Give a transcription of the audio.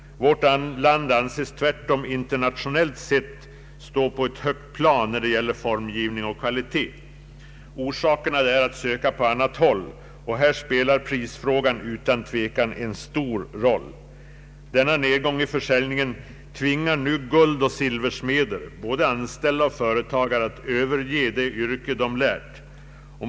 Vårt land anses tvärtom internationellt sett stå på ett högt plan när det gäller formgivning och kvalitet. Orsakerna är att söka på annat håll, och här spelar prisfrågan utan tvekan en stor roll. Denna nedgång i försäljningen tvingar nu guldoch silversmeder, både anställda och företagare, att överge det yrke de lärt.